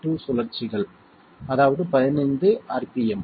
2 சுழற்சிகள் அதாவது 15 rpm